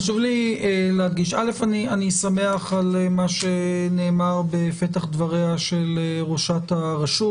חשוב לי להדגיש שאני שמח על מה שנאמר בפתח דבריה של ראשת הרשות,